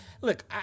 look